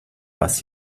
was